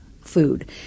food